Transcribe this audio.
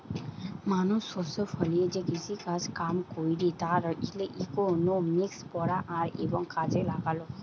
মানুষ শস্য ফলিয়ে যে কৃষিকাজ কাম কইরে তার ইকোনমিক্স পড়া আর এবং কাজে লাগালো